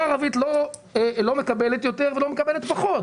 הערבית לא מקבלת יותר ולא מקבלת פחות.